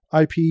IP